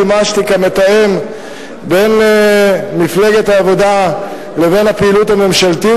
שימשתי כמתאם בין מפלגת העבודה ובין הפעילות הממשלתית,